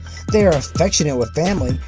they are affectionate with family,